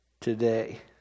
today